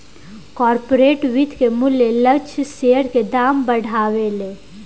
corporate वित्त के मूल्य लक्ष्य शेयर के दाम के बढ़ावेले